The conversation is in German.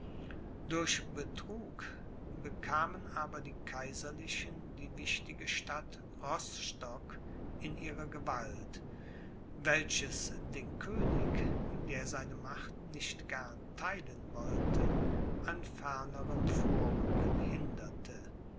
durch betrug bekamen aber die kaiserlichen die wichtige stadt rostock in ihre gewalt welches den könig der seine macht nicht gern theilen wollte an fernerem vorrücken hinderte